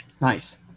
Nice